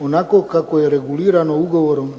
onako kako je regulirano ugovorom